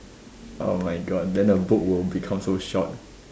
oh my god then the book will become so short